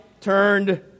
turned